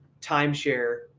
timeshare